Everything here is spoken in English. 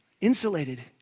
insulated